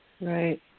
Right